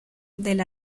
del